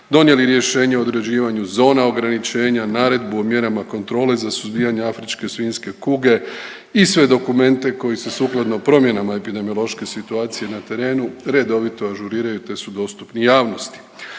donijeli rješenje o određivanju zona ograničenja, naredbu o mjerama kontrole za suzbijanje afričke svinjske kuge i sve dokumente koji se sukladno promjenama epidemiološke situacije na terenu redovito ažuriraju te su dostupni javnosti.